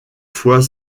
fois